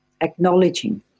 acknowledging